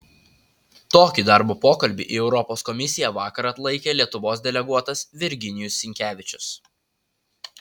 tokį darbo pokalbį į europos komisiją vakar atlaikė lietuvos deleguotas virginijus sinkevičius